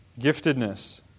Giftedness